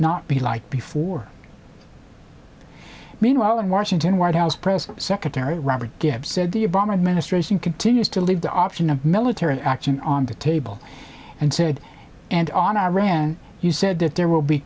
not be like before meanwhile in washington white house press secretary robert gibbs said the bomber administration continues to leave the option of military action on the table and said and on iran you said that there will be